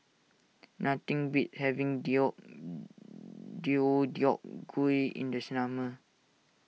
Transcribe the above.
nothing beats having Deodeok Gui in the summer